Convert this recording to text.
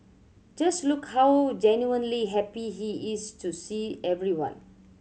just look how genuinely happy he is to see everyone